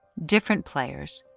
different players,